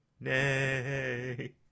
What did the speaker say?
Nay